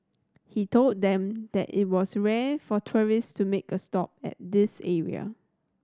he told them that it was rare for tourists to make a stop at this area